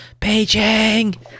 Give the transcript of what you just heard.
Beijing